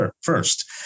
first